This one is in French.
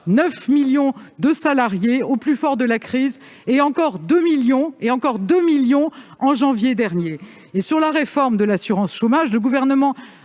9 millions de salariés au plus fort de la crise, et encore 2 millions au mois de janvier dernier. Pour ce qui est de la réforme de l'assurance chômage, le Gouvernement